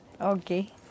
Okay